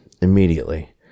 Immediately